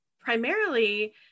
primarily